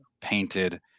painted